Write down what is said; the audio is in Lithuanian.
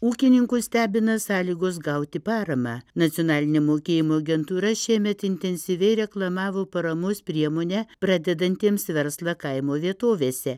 ūkininkus stebina sąlygos gauti paramą nacionalinė mokėjimo agentūra šiemet intensyviai reklamavo paramos priemonę pradedantiems verslą kaimo vietovėse